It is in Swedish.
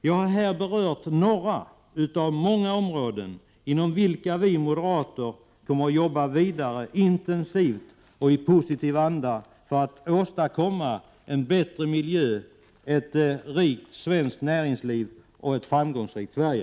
Jag har här berört några av många områden inom vilka vi moderater intensivt och i positiv anda kommer att arbeta vidare för att åstadkomma en bättre miljö, ett rikt svenskt näringsliv och ett framgångsrikt Sverige.